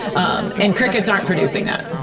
um and and crickets aren't producing that.